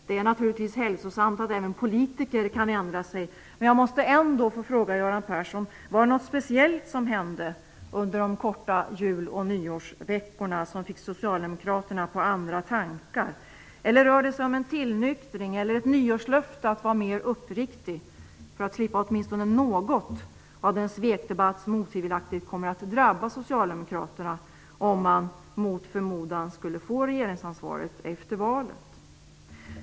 Det är naturligtvis hälsosamt att även politiker kan ändra sig, men jag måste ändå få fråga Göran Persson: Var det något speciellt som hände under de korta jul och nyårsveckorna som fick Socialdemokraterna på andra tankar? Eller rör det sig om en tillnyktring eller ett nyårslöfte att vara mer uppriktig för att slippa åtminstone något av den svekdebatt som otvivelaktigt kommer att drabba skulle få regeringsansvaret efter valet?